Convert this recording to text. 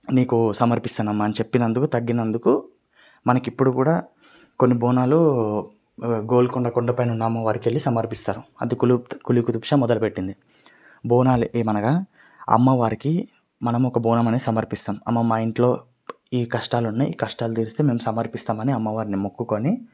నీకు సమర్పిస్తాను అమ్మా అని చెప్పినందుకు తగ్గినందుకు మనకి ఇప్పుడు కూడా కొన్ని బోనాలు గోల్కొండ కొండ పైన ఉన్న అమ్మ వారికి వెళ్ళి సమర్పిస్తారు అది కూలీ కూలి కుతుబ్ షా మొదలుపెట్టింది బోనాలు ఏమనగా అమ్మవారికి మనము ఒక బోనం అనేది సమర్పిస్తాము అమ్మ మా ఇంట్లో ఈ కష్టాలున్నాయి ఈ కష్టాలు తీరిస్తే మేము సమర్పిస్తామని అమ్మవారిని మొక్కుకొని